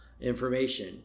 information